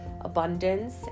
abundance